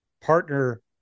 partner